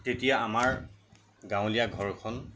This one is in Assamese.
তেতিয়া আমাৰ গাঁৱলীয়া ঘৰখন